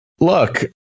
Look